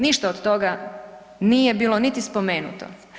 Ništa od toga nije bilo niti spomenuto.